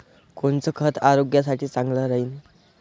कोनचं खत आरोग्यासाठी चांगलं राहीन?